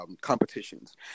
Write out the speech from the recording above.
competitions